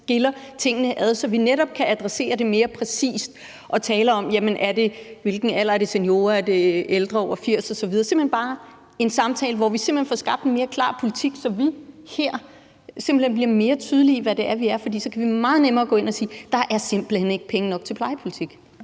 hen skiller tingene ad, så vi netop kan adressere det mere præcist og tale om, hvilken alder det handler om, altså om det er seniorer, om det er ældre over 80 år, så vi simpelt hen bare har en samtale, hvor vi får skabt en mere klar politik, så vi her bliver mere tydelige i, hvad det er, vi taler om. For så kan vi meget nemmere gå ind og sige, at der simpelt hen ikke er penge nok til plejepolitik.